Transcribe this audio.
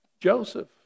Joseph